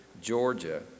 Georgia